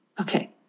Okay